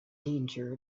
danger